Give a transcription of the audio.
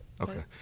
Okay